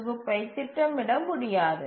தொகுப்பை திட்டமிட முடியாது